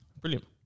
Brilliant